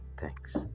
Thanks